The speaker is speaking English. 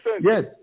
Yes